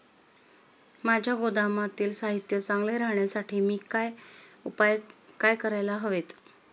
माझ्या गोदामातील साहित्य चांगले राहण्यासाठी मी काय उपाय काय करायला हवेत?